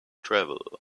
travel